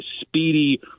speedy